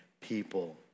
people